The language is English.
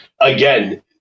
again